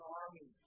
army